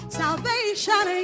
salvation